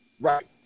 Right